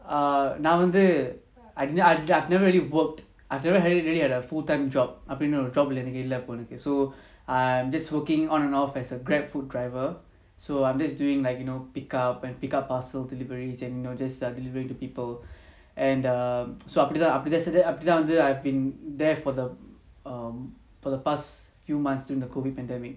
err நான்வந்து:nan vandhu I never really worked I never had it really have a full time job அப்டினுஒரு:apdinu oru job இல்லஎனக்கு:illa enaku so I'm just working on and off as a Grab food driver so I'm just doing like you know pick up and pick up parcel deliveries and all this err delivering to people and err so அப்டித்தான்அப்டித்தான்சரிஅப்டித்தான்:apdithan apdithan sari apdithan I've been there for the um for the past few months during the COVID pandemic